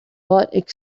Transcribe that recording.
bought